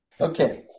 Okay